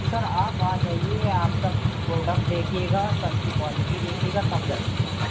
سر آپ آ جائیے آپ سب پروڈکٹ دیکھیے گا سب کی کوالٹی دیکھیے گا تب جائیے گا